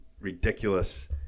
ridiculous